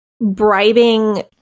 bribing